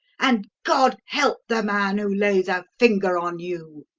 and god help the man who lays a finger on you!